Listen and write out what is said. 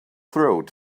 throat